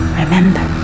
remember